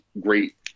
great